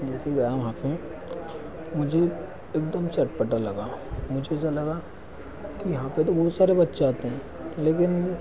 जैसे गया वहाँ पर मुझे एकदम से अटपटा लगा मुझे जो लगा कि यहाँ पर तो बहुत सारे बच्चे आते हैं लेकिन